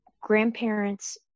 grandparents